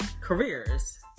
careers